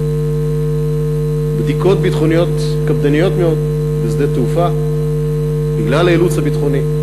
עם בדיקות ביטחונית קפדניות מאוד בשדה התעופה בגלל האילוץ הביטחוני,